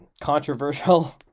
Controversial